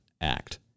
act